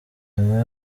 nyuma